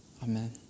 Amen